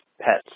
pets